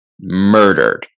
murdered